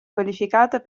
qualificata